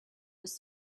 was